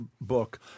book